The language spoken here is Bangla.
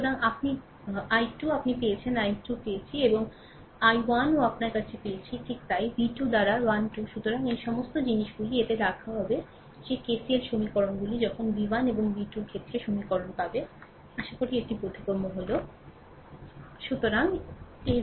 সুতরাং আমি 2 আপনি পেয়েছেন আমি 2 পেয়েছি এবং আমি 1ও আপনার কাছে পেয়েছি ঠিক তাই v 2 দ্বারা 12 সুতরাং এই সমস্ত জিনিসগুলি এতে রাখা হবে সেই কেসিএল সমীকরণগুলি তখন v1 এবং v 2 এর ক্ষেত্রে সমীকরণ পাবে আশা করি এটি বোধগম্য সুতরাং এটি পরিষ্কার ডান